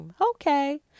Okay